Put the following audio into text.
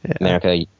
America